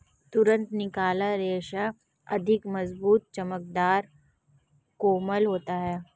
तुरंत निकाला रेशा अधिक मज़बूत, चमकदर, कोमल होता है